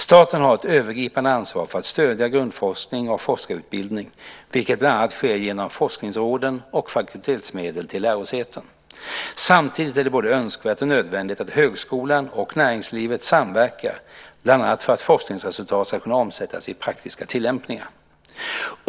Staten har ett övergripande ansvar för att stödja grundforskning och forskarutbildning, vilket bland annat sker genom forskningsråden och fakultetsmedel till lärosäten. Samtidigt är det både önskvärt och nödvändigt att högskolan och näringslivet samverkar bland annat för att forskningsresultat ska kunna omsättas i praktiska tillämpningar.